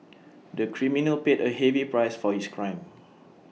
the criminal paid A heavy price for his crime